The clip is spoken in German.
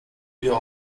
wieder